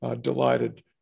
delighted